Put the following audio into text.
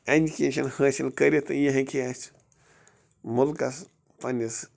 education حٲصِل کٔرِتھ یہِ ہیٚکہِ ہے اَسہِ مُلکس پَنٕنِس